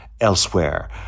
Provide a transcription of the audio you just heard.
Elsewhere